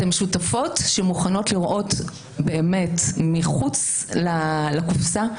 אתן שותפות שמוכנות לראות מחוץ לקופסה,